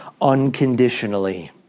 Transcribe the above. unconditionally